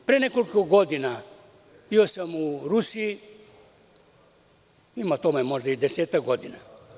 Pre nekoliko godina bio sam u Rusiji, ima tome možda i 10-ak godina.